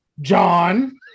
John